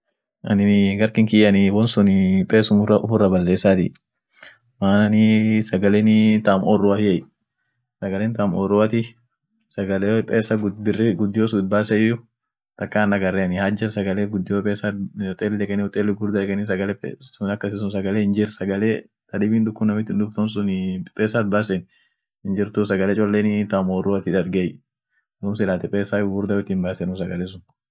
Taa pesa gudion sun choleamu, inshinsunii akama zaidi won biri kabdi, dumii tuuniit cholea ta nafsigeete